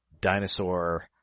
dinosaur